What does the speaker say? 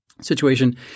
situation